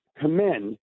commend